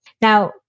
Now